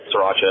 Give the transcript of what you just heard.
Sriracha